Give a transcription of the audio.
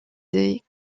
des